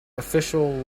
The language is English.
official